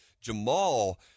Jamal –